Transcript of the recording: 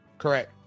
Correct